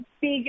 big